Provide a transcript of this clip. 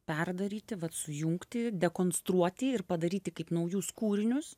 perdaryti vat sujungti dekonstruoti ir padaryti kaip naujus kūrinius